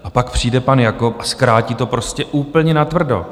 A pak přijde pan Jakob a zkrátí to prostě úplně natvrdo.